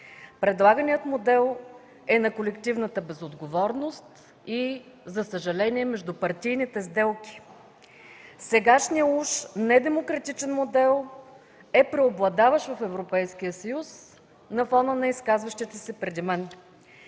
Предлаганият модел е на колективната безотговорност и за съжаление – на междупартийните сделки. Сегашният уж недемократичен модел е преобладаващ в Европейския съюз на фона на изказващите се преди мен.